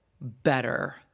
better